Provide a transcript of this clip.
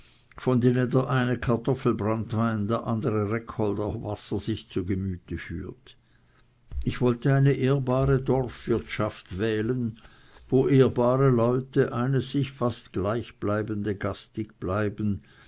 von denen der eine kartoffelbranntwein der andere reckholderwasser sich zu gemüte führt ich wollte eine ehrbare dorfwirtschaft wählen wo ehrbare leute eine sich fast gleichbleibende gastig bilden